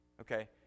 Okay